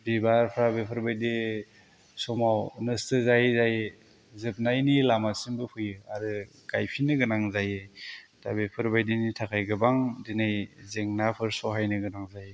बिबारफोरा बेफोरबायदि समाव नस्थ' जायै जायै जोबनायनि लामासिमबो फैयो आरो गायफिन्नो गोनां जायो दा बेफोरबायदिनि थाखाय गोबां दिनै जेंनाफोर सहायनो गोनां जायो